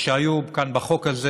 שהיו כאן בחוק הזה,